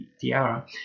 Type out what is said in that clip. tiara